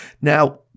Now